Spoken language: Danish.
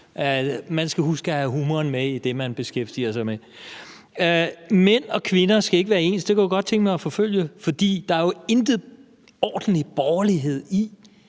Man skal huske at have humoren med i det, man beskæftiger sig med. Ordføreren siger, at mænd og kvinder ikke skal være ens, og det kunne jeg godt tænke mig at forfølge. For der er jo ingen ordentlig borgerlighed i